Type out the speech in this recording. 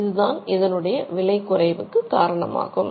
இதுதான் இதனுடைய விலை குறைவுக்கு காரணமாகும்